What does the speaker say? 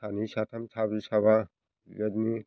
सानै साथाम साब्रै साबा बेबायदिनो